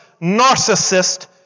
narcissist